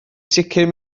sicr